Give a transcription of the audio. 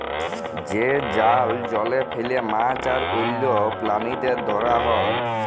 যে জাল জলে ফেলে মাছ আর অল্য প্রালিদের ধরা হ্যয়